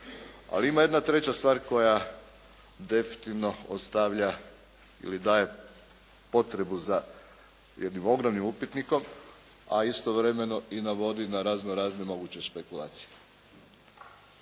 ali ima jedna treća stvar koja definitivno ostavlja ili daje potrebu za jednim ogromnim upitnikom, a istovremeno i navodi na razno razne moguće špekulacije.